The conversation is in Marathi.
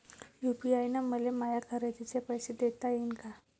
यू.पी.आय न मले माया खरेदीचे पैसे देता येईन का?